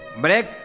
Break